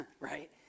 right